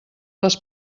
les